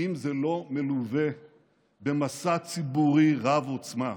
אם זה לא מלווה במסע ציבורי רב עוצמה.